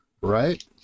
Right